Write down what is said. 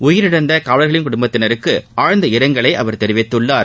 உயிரிழந்த காவலர்களின் குடும்பத்தினருக்கு இரங்கலை அவர் தெரிவித்துள்ளார்